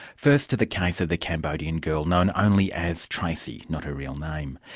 first to the case of the cambodian girl known only as tracey, not her real name.